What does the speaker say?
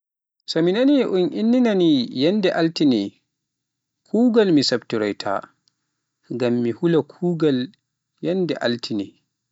So mi nani un inni ni yannde Altine, kuugal mi siptoroyta, ngam mi hula kuugal yannde altine.